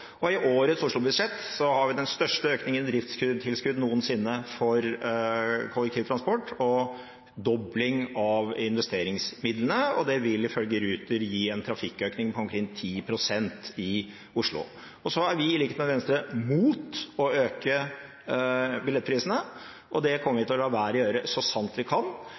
Oslo. I årets Oslo-budsjett har vi den største økningen i driftstilskudd noensinne for kollektivtransport og dobling av investeringsmidlene, og det vil ifølge Ruter gi en trafikkøkning på omkring 10 pst. i Oslo. Vi er i likhet med Venstre mot å øke billettprisene, og det kommer vi til å la være å gjøre så sant vi kan.